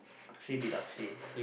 Akshay-Bin-Akshay